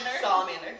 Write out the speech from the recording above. Salamander